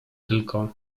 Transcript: tylko